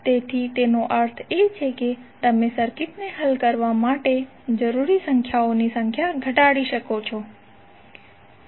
તેથી તેનો અર્થ એ છે કે તમે સર્કિટને હલ કરવા માટે જરૂરી સમીકરણોની સંખ્યા ઘટાડી શકો છો